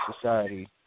Society